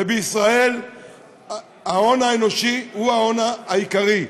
ובישראל ההון האנושי הוא ההון העיקרי,